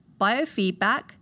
biofeedback